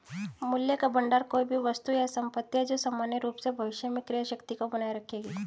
मूल्य का भंडार कोई भी वस्तु या संपत्ति है जो सामान्य रूप से भविष्य में क्रय शक्ति को बनाए रखेगी